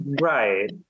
Right